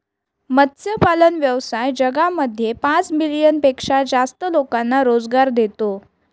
मत्स्यपालन व्यवसाय जगामध्ये पाच मिलियन पेक्षा जास्त लोकांना रोजगार देतो